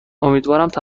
آرزوهایت